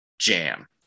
jam